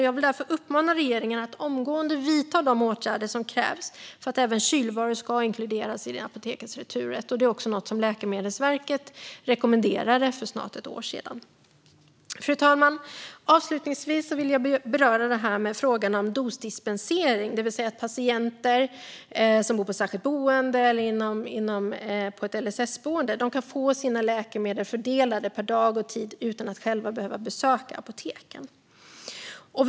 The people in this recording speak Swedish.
Jag vill därför uppmana regeringen att omgående vidta de åtgärder som krävs för att även kylvaror ska inkluderas i apotekens returrätt. Detta är också något som Läkemedelsverket rekommenderade för snart ett år sedan. Fru talman! Avslutningsvis vill jag beröra frågan om dosdispensering, det vill säga att patienter på särskilt boende eller LSS-boende kan få sina läkemedel fördelade per dag och tid utan att själva behöva besöka ett apotek.